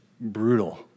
brutal